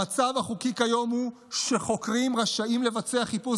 המצב החוקי כיום הוא שחוקרים רשאים לבצע חיפוש